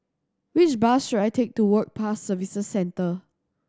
which bus should I take to Work Pass Services Centre